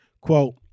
quote